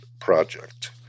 project